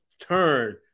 turn